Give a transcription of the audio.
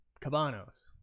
Cabanos